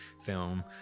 film